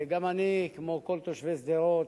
גם אני, כמו כל תושבי שדרות,